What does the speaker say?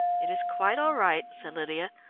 it is quite all right, said lydia,